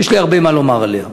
שיש לי הרבה מה לומר עליה,